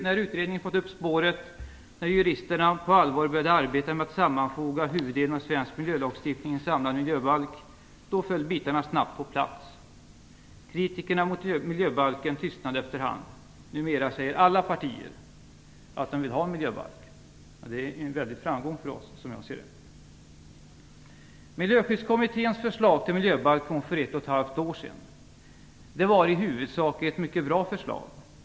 När utredningen hade fått upp spåret, när juristerna på allvar började arbetet med att sammanfoga huvuddelen av svensk miljölagstiftning i en samlad miljöbalk föll bitarna snabbt på plats. Kritikerna mot miljöbalken tystnade efter hand. Numera säger alla partier att de vill ha en miljöbalk. Som jag ser det är det en väldig framgång för oss. Miljöskyddskommitténs förslag till miljöbalk lades fram för ett och ett halvt år sedan. Det var i huvudsak ett mycket bra förslag.